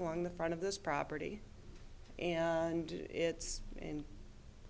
along the front of this property and it's in